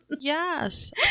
Yes